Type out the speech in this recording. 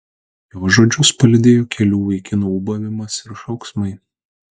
jo žodžius palydėjo kelių vaikinų ūbavimas ir šauksmai